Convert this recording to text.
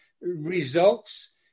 results